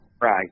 Right